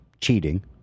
cheating